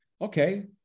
Okay